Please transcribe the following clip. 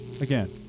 again